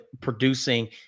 producing